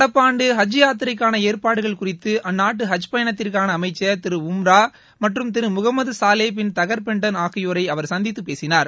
நடப்பாண்டு ஹஜ் யாத்திரைக்கான ஏற்பாடுகள் குறித்து அந்நாட்டு ஹஜ் பயணத்திற்கான அமைச்சர் திரு உம்ரா மற்றும் திரு முஹமது சுலே பின் தகர் பென்டன் ஆகியோரை அவர் சந்தித்து பேசினார்